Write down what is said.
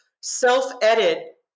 self-edit